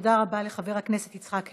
תודה רבה לחבר הכנסת יצחק הרצוג,